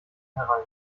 herein